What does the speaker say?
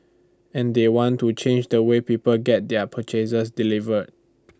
and they want to change the way people get their purchases delivered